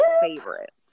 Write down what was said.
favorites